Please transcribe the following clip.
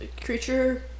Creature